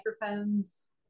microphones